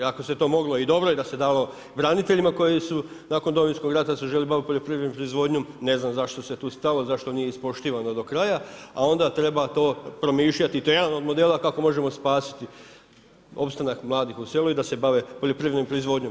Ako se to moglo i dobro je da se dalo braniteljima koji su nakon Domovinskog rata se žele bavit poljoprivrednom proizvodnjom, ne znam zašto se tu stalo, zašto nije ispoštivano do kraja, a onda treba to promišljati i to je jedan od modela kako možemo spasiti opstanak mladih u selu i da se bave poljoprivrednom proizvodnjom.